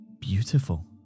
beautiful